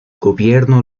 gobierno